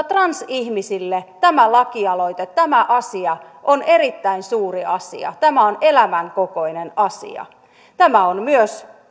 transihmisille tämä lakialoite tämä asia on erittäin suuri asia tämä on elämän kokoinen asia tämä on myös